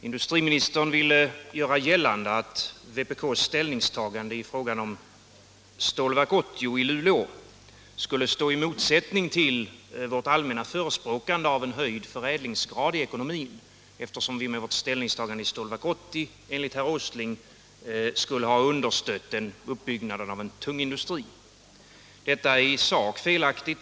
Industriministern ville göra gällande att vpk:s ställningstagande i fråga om Stålverk 80 i Luleå skulle stå i motsats till vårt allmänna förespråkande av en höjd förädlingsgrad i ekonomin eftersom vi med vårt ställningstagande i Stålverk 80-frågan enligt herr Åsling skulle ha understött utbyggnaden av en tung industri. Detta är i sak felaktigt.